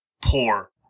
poor